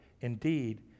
Indeed